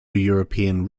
european